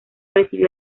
recibió